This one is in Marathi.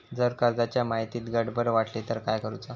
जर कर्जाच्या माहितीत गडबड वाटली तर काय करुचा?